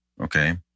Okay